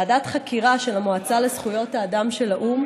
ועדת חקירה של המועצה לזכויות האדם של האו"ם,